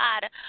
god